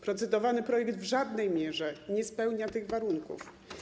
Procedowany projekt w żadnej mierze nie spełnia tych warunków.